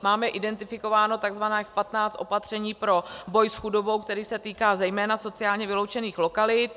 Máme identifikováno takzvaných 15 opatření pro boj s chudobou, který se týká zejména sociálně vyloučených lokalit.